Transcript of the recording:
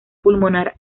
pulmonar